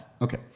Okay